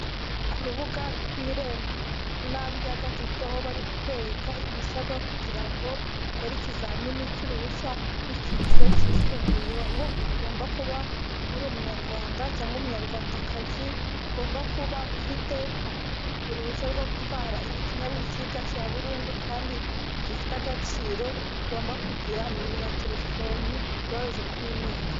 Ku rubuga rw'Irembo, ku ntambwe ya gatatu aho bari kukwereka ibisabwa kugira ngo ukore ikizamini cy'uruhushya rw'icyiciro cyisumbuye, aho ugomba kuba uri umunyarwanda cyangwa umunyarwandakazi, ugomba kuba ufite uruhushya rwo gutwara ikinyabiziga cya burundu kandi nti gifite agaciro, ugomba kugira nimero ya telefone ibaruje kuri email.